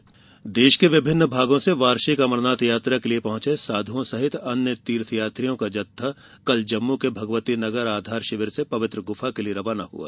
अमर यात्रा देश के विभिन्न भागों से वार्षिक अमरनाथ यात्रा के लिये पहुंचे साधुओं समेत अन्य तीर्थयात्रियों का जत्था कल जम्मू के भगवती नगर आधार शिविर से पवित्र गुफा के लिये रवाना हुआ